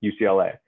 UCLA